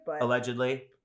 Allegedly